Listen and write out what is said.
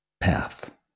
path